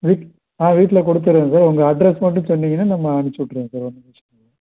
வீட் ஆ வீட்டில் கொடுத்துருவோம் சார் உங்கள் அட்ரஸ் மட்டும் சொன்னிங்கனா நம்ம அனுப்ச்சிவிட்றோம் சார் ஒன்றும் பிரச்சனை இல்லை